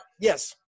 yes